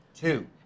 Two